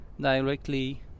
directly